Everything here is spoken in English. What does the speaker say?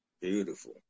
Beautiful